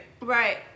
Right